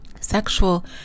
sexual